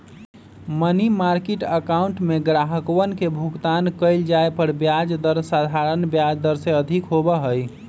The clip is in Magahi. मनी मार्किट अकाउंट में ग्राहकवन के भुगतान कइल जाये पर ब्याज दर साधारण ब्याज दर से अधिक होबा हई